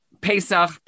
Pesach